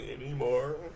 Anymore